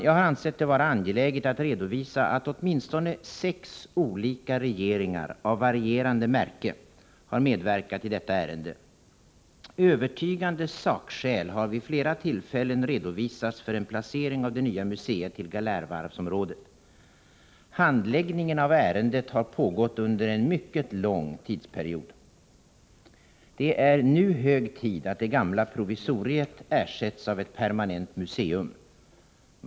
Jag har ansett det vara angeläget att redovisa att åtminstone sex olika regeringar, av varierande märke, har medverkat i detta ärende. Övertygande sakskäl har vid flera tillfällen redovisats för en placering av det nya museet till Galärvarvsområdet. Handläggningen av ärendet har pågått under en mycket lång tidsperiod. Det är nu hög tid att det gamla provisoriet ersätts av ett permanent museum.